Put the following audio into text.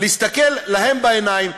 להסתכל להם בעיניים?